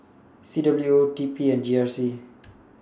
C W O T P and G R C